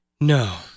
No